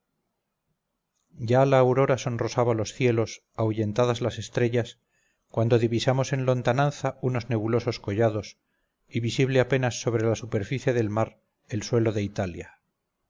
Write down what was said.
ya la aurora sonrosaba los cielos ahuyentadas las estrellas cuando divisamos en lontananza unos nebulosos collados y visible apenas sobre la superficie del mar el suelo de italia